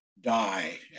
die